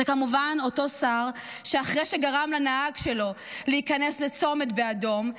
זה כמובן אותו שר שאחרי שגרם לנהג שלו להיכנס לצומת באדום,